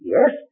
Yes